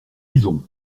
lisons